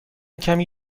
کمی